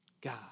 God